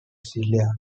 silla